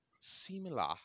Similar